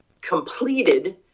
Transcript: completed